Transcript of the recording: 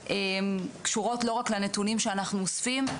קשורות לא רק לנתונים שאנחנו אוספים,